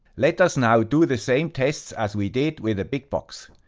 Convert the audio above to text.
let us now do the same tests as we did with the big box.